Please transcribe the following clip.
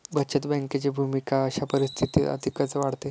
बचत बँकेची भूमिका अशा परिस्थितीत अधिकच वाढते